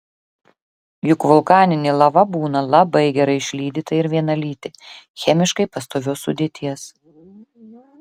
juk vulkaninė lava būna labai gerai išlydyta ir vienalytė chemiškai pastovios sudėties